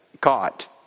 caught